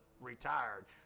retired